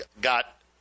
got